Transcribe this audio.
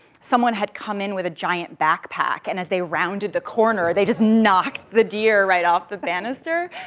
someone had come in with a giant backpack, and as they rounded the corner, they just knocked the deer right off the banister.